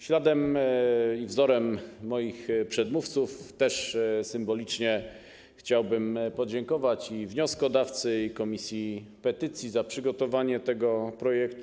Śladem i wzorem moich przedmówców też symbolicznie chciałbym podziękować wnioskodawcy i Komisji do Spraw Petycji za przygotowanie tego projektu.